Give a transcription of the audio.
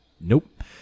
nope